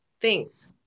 Thanks